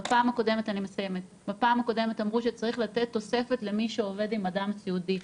בפעם הקודמת אמרו שצריך לתת תוספת למי שעובד עם אדם סיעודי.